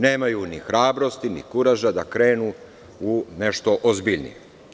Nemaju ni hrabrosti, ni kuraža da krenu u nešto ozbiljnije.